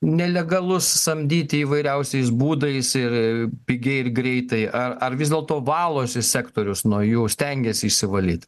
nelegalus samdyti įvairiausiais būdais ir pigiai ir greitai ar ar vis dėlto valosi sektorius nuo jų stengiasi išsivalyt